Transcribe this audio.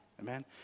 Amen